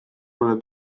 mulle